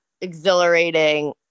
exhilarating